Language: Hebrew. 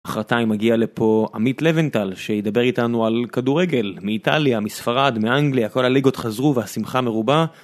מחרתיים יגיע לפה... עמית לוינטל, שידבר איתנו על... כדורגל, מאיטליה, מספרד, מאנגליה, כל הליגות חזרו, והשמחה מרובה.